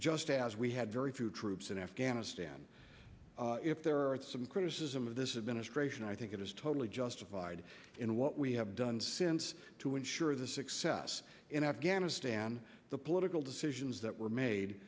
just as we had very few troops in afghanistan if there are some criticism of this administration i think it is totally justified in what we have done since to ensure the success in afghanistan the political decisions that were made